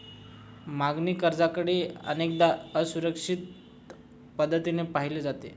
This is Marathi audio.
मागणी कर्जाकडेही अनेकदा असुरक्षित पद्धतीने पाहिले जाते